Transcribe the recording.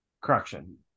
Correction